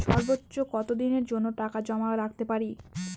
সর্বোচ্চ কত দিনের জন্য টাকা জমা রাখতে পারি?